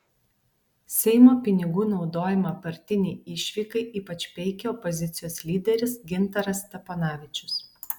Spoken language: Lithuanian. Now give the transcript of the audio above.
seimo pinigų naudojimą partinei išvykai ypač peikė opozicijos lyderis gintaras steponavičius